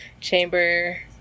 chamber